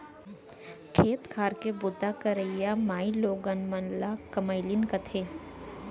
खेत खार के बूता करइया माइलोगन मन ल कमैलिन कथें